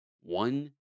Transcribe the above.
one